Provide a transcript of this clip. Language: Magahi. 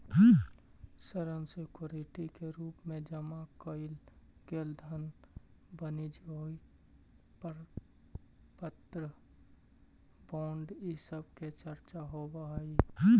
ऋण सिक्योरिटी के रूप में जमा कैइल गेल धन वाणिज्यिक प्रपत्र बॉन्ड इ सब के चर्चा होवऽ हई